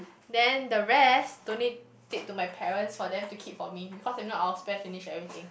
then the rest donate it to my parents for them to keep for me because if not I will spend finish everything